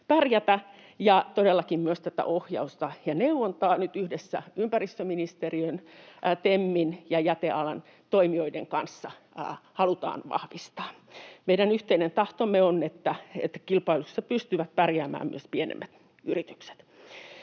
pärjätä, ja todellakin myös tätä ohjausta ja neuvontaa nyt yhdessä ympäristöministeriön, TEMin ja jätealan toimijoiden kanssa halutaan vahvistaa. Meidän yhteinen tahtomme on, että kilpailussa pystyvät pärjäämään myös pienemmät yritykset.